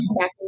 back